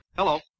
Hello